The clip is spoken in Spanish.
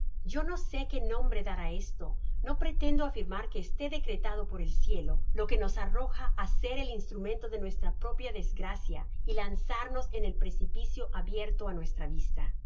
yo no sé qué nombre dar á esto no pretendo afirmar que esté decretado por el cielo lo que nos arroja á ser el instrumento de nuestra propia desgracia y lanzarnos en el precipicio abierto a nuestra vista